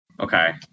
Okay